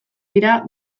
dira